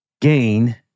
gain